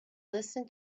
listen